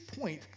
point